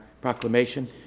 proclamation